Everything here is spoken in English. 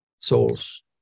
souls